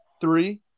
three